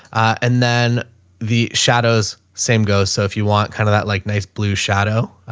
and then the shadows, same goes. so if you want kind of that like nice blue shadow,